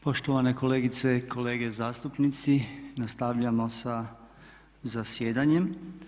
Poštovane kolegice, kolege zastupnici nastavljamo sa zasjedanjem.